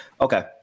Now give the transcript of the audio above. Okay